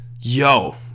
Yo